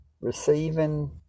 receiving